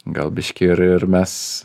gal biškį ir ir mes